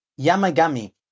Yamagami